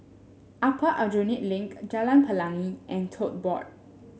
Upper Aljunied Link Jalan Pelangi and Tote Board